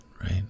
right